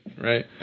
right